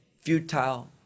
futile